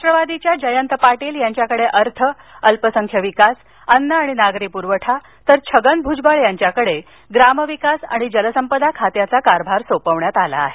राष्ट्रवादीच्या जयंत पाटील यांच्याकडे अर्थ अल्पसंख्य विकास अन्न आणि नागरी पूरवठा तर छगन भूजबळ यांच्याकडे ग्रामविकास आणि जलसंपदा खात्याचा कारभार सोपवण्यात आला आहे